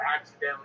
accidentally